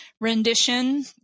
rendition